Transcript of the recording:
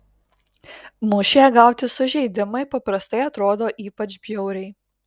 mūšyje gauti sužeidimai paprastai atrodo ypač bjauriai